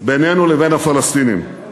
בינינו לבין הפלסטינים.